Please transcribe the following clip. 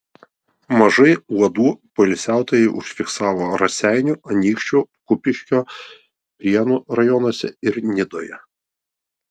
mažai uodų poilsiautojai užfiksavo raseinių anykščių kupiškio prienų rajonuose ir nidoje